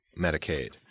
Medicaid